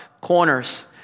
corners